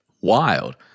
Wild